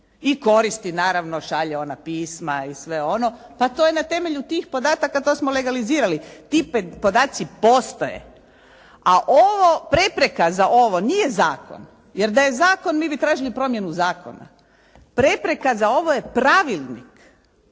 i koristi naravno. Šalje ona pisma i sve ono. Pa to je na temelju tih podataka. To smo legalizirali. Ti podaci postoje. A ovo, prepreka za ovo nije zakon jer da je zakon mi bi tražili promjenu zakona. Prepreka za ovo je pravilnik